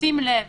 ובשים לב